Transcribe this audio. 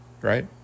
Right